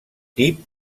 tip